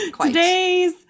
today's